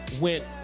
went